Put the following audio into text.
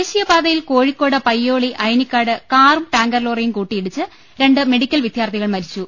ദേശീയപാതയിൽ കോഴിക്കോട് പയ്യോളി അയനിക്കാട് കാറും ടാങ്കർ ലോറിയും കൂട്ടിയിടിച്ച് രണ്ട് മെഡിക്കൽ വിദ്യാർഥികൾ മരിച്ചു